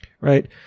Right